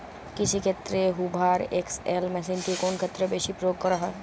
কৃষিক্ষেত্রে Hoover XL মেশিনটি কোন ক্ষেত্রে বেশি প্রয়োগ করা হয়?